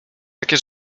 takie